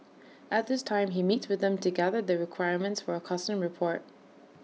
at this time he meets with them to gather the requirements for A custom report